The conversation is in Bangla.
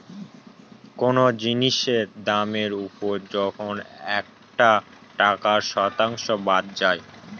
কোনো জিনিসের দামের ওপর যখন একটা টাকার শতাংশ বাদ যায়